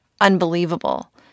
unbelievable